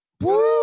Woo